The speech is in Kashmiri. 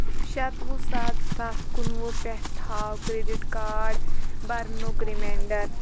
شَتوُہ سَتھ زٕ ساس کُنوُہ پٮ۪ٹھ تھاو کرٛیٚڈِٹ کارڈ برنُک رِمینڈر